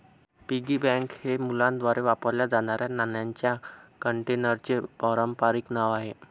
piggy bank हे मुलांद्वारे वापरल्या जाणाऱ्या नाण्यांच्या कंटेनरचे पारंपारिक नाव आहे